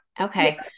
Okay